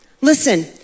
listen